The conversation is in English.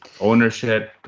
Ownership